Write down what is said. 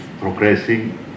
progressing